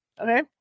Okay